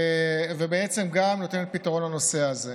לדעתי, וגם נותנת פתרון לנושא הזה.